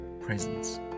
presence